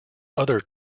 other